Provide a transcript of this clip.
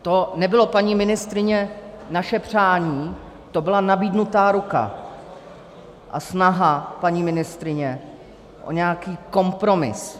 To nebylo, paní ministryně, naše přání, to byla nabídnutá ruka a snaha, paní ministryně, o nějaký kompromis.